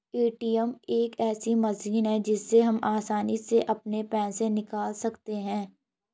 ATM एक ऐसी machine है जिससे हम आसानी से अपने पैसे निकाल सकते हैं